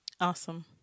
Awesome